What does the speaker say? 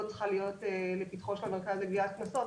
צריכה להיות לפתחו של המרכז לגביית קנסות,